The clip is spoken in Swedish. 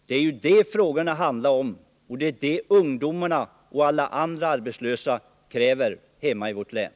Det är det ungdomarna och alla andra arbetslösa i vårt län kräver.